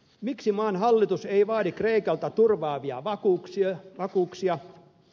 miksi maan hallitus ei vaadi kreikalta turvaavia vakuuksia